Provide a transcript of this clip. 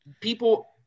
People